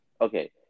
Okay